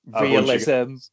realism